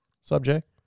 Subject